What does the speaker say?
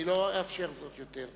אני לא אאפשר זאת יותר.